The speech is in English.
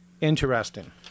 Interesting